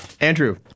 Andrew